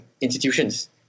institutions